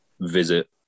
visit